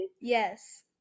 Yes